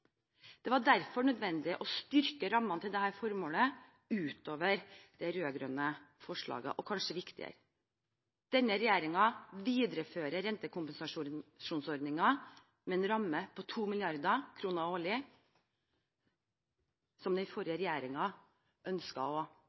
Det var derfor nødvendig å styrke rammen til dette formålet utover det rød-grønne forslaget. Og kanskje viktigere: Denne regjeringen viderefører rentekompensasjonsordningen med en ramme på 2 mrd. kr årlig, som den forrige regjeringen ønsket å